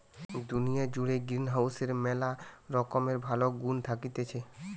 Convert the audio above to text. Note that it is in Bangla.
দুনিয়া জুড়ে গ্রিনহাউসের ম্যালা রকমের ভালো গুন্ থাকতিছে